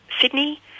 Sydney